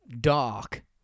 dark